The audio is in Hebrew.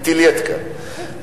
"פיטילייטקה".